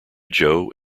joe